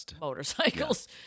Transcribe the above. motorcycles